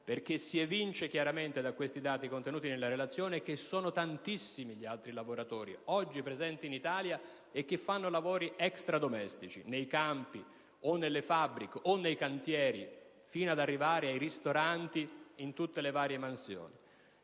evince infatti chiaramente dai dati contenuti in questa relazione che sono tantissimi i lavoratori oggi presenti in Italia che svolgono lavori extradomestici nei campi, nelle fabbriche o nei cantieri, fino ad arrivare ai ristoranti e a tutte le varie mansioni.